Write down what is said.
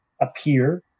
appear